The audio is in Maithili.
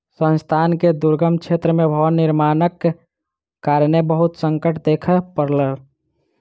संस्थान के दुर्गम क्षेत्र में भवन निर्माणक कारणेँ बहुत संकट देखअ पड़ल